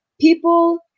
people